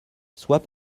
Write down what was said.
soit